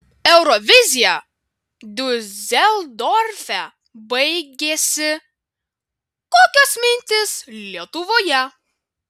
eurovizija diuseldorfe baigėsi kokios mintys lietuvoje